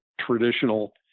traditional